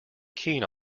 keen